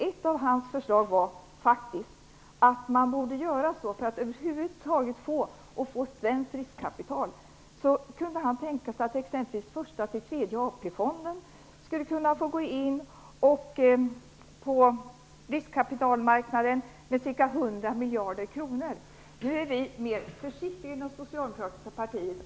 Ett av hans förslag för att över huvud taget få tag på svenskt riskkapital var att första till tredje AP-fonden skall gå in på riskkapitalmarknaden med ca 100 miljarder kronor. Vi är mer försiktiga i det socialdemokratiska partiet.